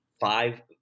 five